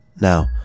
Now